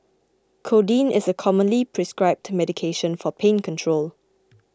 codeine is a commonly prescribed medication for pain control